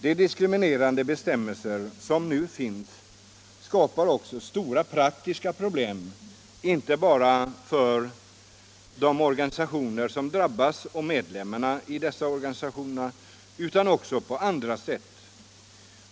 De diskriminerande bestämmelser som nu finns skapar också stora praktiska problem inte bara för de drabbade organisationerna och medlemmar i dessa utan också på andra sätt.